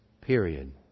Period